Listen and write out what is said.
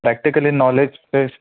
practically knowledge based